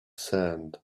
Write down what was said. sand